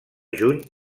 juny